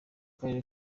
karere